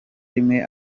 rimwe